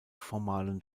formalen